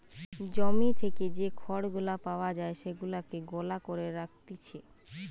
জমি থেকে যে খড় গুলা পাওয়া যায় সেগুলাকে গলা করে রাখতিছে